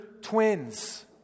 twins